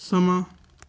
ਸਮਾਂ